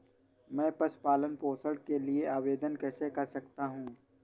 मैं पशु पालन पोषण के लिए आवेदन कैसे कर सकता हूँ?